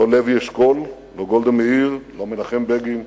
לא לוי אשכול, לא גולדה מאיר, לא מנחם בגין,